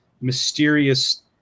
mysterious